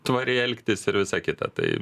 tvariai elgtis ir visa kita tai